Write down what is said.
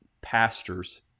pastors